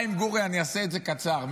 אני אעשה את זה קצר.